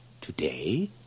today